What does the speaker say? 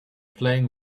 playing